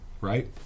right